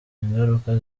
ingaruka